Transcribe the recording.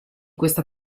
questa